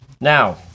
Now